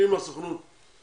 אם הסוכנות לא תוכל,